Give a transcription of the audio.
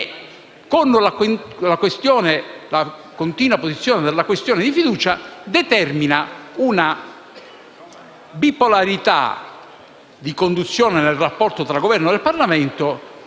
Con la continua apposizione della questione di fiducia il Governo determina una bipolarità di conduzione nel rapporto tra Governo e Parlamento